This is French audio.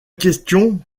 question